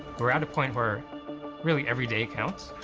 we're at a point where really every day counts.